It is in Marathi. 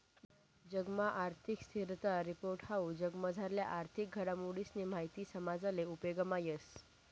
जगना आर्थिक स्थिरता रिपोर्ट हाऊ जगमझारल्या आर्थिक घडामोडीसनी माहिती समजाले उपेगमा येस